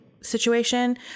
situation